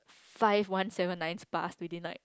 five one seven nine pass within like